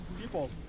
people